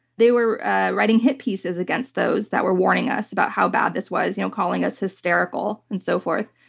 they were writing hit pieces against those that were warning us about how bad this was, you know calling us hysterical and so forth.